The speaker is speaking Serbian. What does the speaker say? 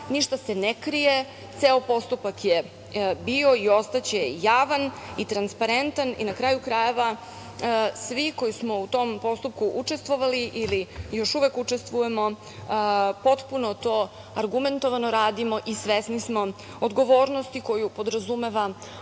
ništa se ne krije, ceo postupak je bio i ostaće javan i transparentan i na kraju krajeva svi koji smo u tom postupku učestvovali ili još uvek učestvujemo, potpuno to argumentovano radimo i svesni smo odgovornosti koju podrazumeva